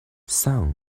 sun